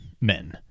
men